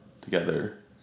together